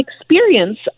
experience